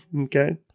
Okay